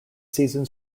season